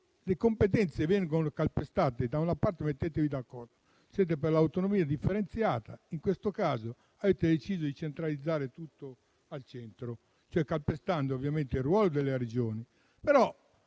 le competenze vengono calpestate. Mettetevi d'accordo: siete per l'autonomia differenziata, ma, in questo caso, avete deciso di centralizzare tutto, calpestando ovviamente il ruolo delle Regioni.